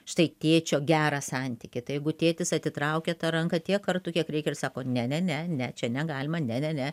štai tėčio gerą santykį tai jeigu tėtis atitraukia tą ranką tiek kartų kiek reikia ir sako ne ne ne ne čia negalima ne ne ne